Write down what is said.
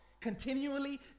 continually